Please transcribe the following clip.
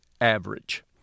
average